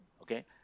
Okay